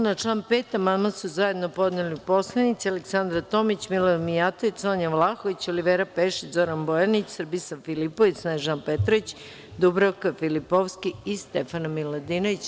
Na član 5. amandman su zajedno podneli poslanici Aleksandra Tomić, Milorad Mijatović, Sonja Vlahović, Olivera Pešić, Zoran Bojanić, Srbislav Filipović, Snežana Petrović, Dubravka Filipovski i Stefana Miladinović.